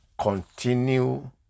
continue